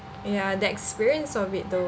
ya the experience of it though